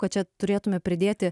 kad čia turėtume pridėti